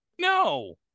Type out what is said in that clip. No